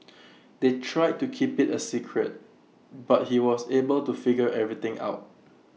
they tried to keep IT A secret but he was able to figure everything out